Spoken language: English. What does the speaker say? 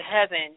heaven